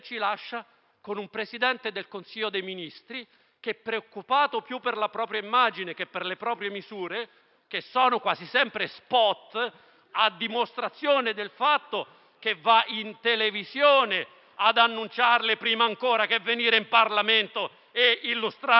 con un Presidente del Consiglio dei ministri preoccupato più per la propria immagine che per le proprie misure, che sono quasi sempre *spot*, a dimostrazione del fatto che va in televisione ad annunciarle, prima ancora di venire in Parlamento e illustrarle a noi.